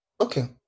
okay